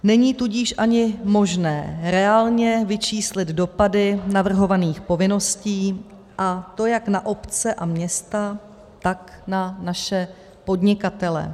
Není tudíž ani možné reálně vyčíslit dopady navrhovaných povinností, a to jak na obce a města, tak na naše podnikatele.